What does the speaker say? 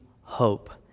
hope